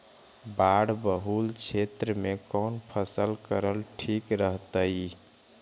बाढ़ बहुल क्षेत्र में कौन फसल करल ठीक रहतइ?